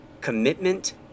commitment